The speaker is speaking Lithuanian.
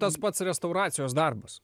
tas pats restauracijos darbas